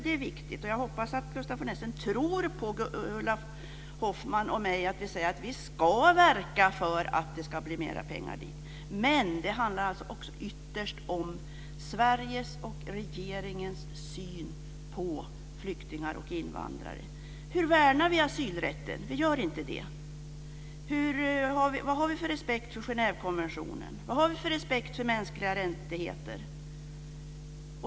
Det är viktigt, och jag hoppas att Gustaf von Essen tror på Ulla Hoffmann och mig när vi säger att vi ska verka för att det ska bli mera pengar dit. Men det handlar ytterst om Sveriges och regeringens syn på flyktingar och invandrare. Hur värnar vi asylrätten? Vi gör inte det. Vad har vi för respekt för Genèvekonventionen? Vad har vi för respekt för mänskliga rättigheter?